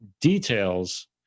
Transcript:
details